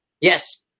Yes